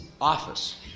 office